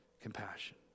compassion